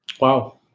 Wow